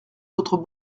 autres